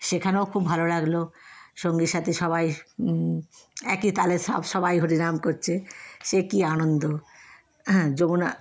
সেখানেও খুব ভালো লাগল সঙ্গী সাথী সবাই একই তালে সব সবাই হরিনাম করছে সে কী আনন্দ হ্যাঁ যমুনা